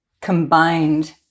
combined